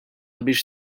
biex